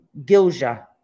Gilja